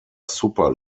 super